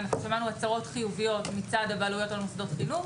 שמענו הצהרות חיוביות מצד הבעלויות על מוסדות החינוך